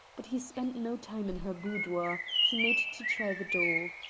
but he spent no time in her boudoir he made to try the door.